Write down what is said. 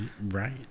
Right